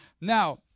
Now